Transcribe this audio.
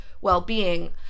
well-being